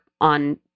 on